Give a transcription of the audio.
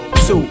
Two